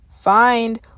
find